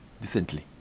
decently